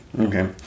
Okay